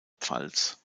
pfalz